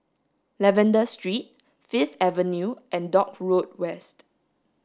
Lavender Street Fifth Avenue and Dock Road West